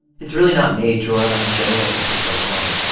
it's really not made to run on a generator for so long,